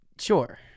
sure